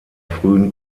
frühen